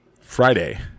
Friday